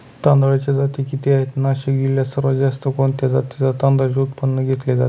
तांदळाच्या जाती किती आहेत, नाशिक जिल्ह्यात सर्वात जास्त कोणत्या जातीच्या तांदळाचे उत्पादन घेतले जाते?